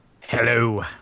Hello